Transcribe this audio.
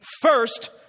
First